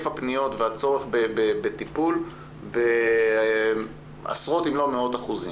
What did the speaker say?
הפניות והצורך בטיפול בעשרות אם לא מאות אחוזים.